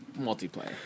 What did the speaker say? multiplayer